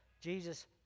Jesus